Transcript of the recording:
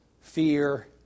fear